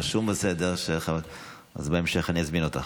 רשום בסדר שחבר הכנסת, אז בהמשך אני אזמין אותך.